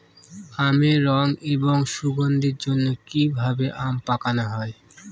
আমের রং এবং সুগন্ধির জন্য কি ভাবে আম পাকানো হয়?